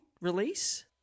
release